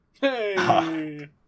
Hey